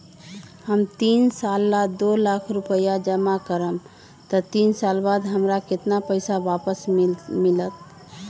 हम तीन साल ला दो लाख रूपैया जमा करम त तीन साल बाद हमरा केतना पैसा वापस मिलत?